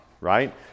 right